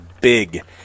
big